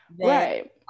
right